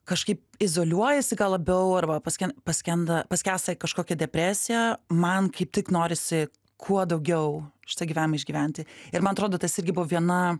kažkaip izoliuojasi gal labiau arba pasken paskenda paskęsta į kažkokią depresiją man kaip tik norisi kuo daugiau šito gyvenimo išgyventi ir man atrodo tas irgi buvo viena